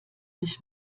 sich